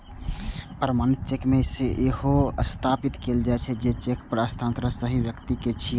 प्रमाणित चेक मे इहो सत्यापित कैल जाइ छै, जे चेक पर हस्ताक्षर सही व्यक्ति के छियै